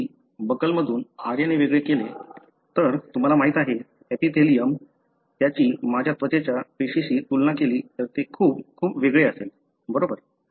पण जर मी बकलमधून RNA वेगळे केले तर तुम्हाला माहिती आहे एपिथेलियम त्याची माझ्या त्वचेच्या पेशीशी तुलना केली तर ते खूप खूप वेगळे असेल बरोबर